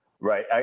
right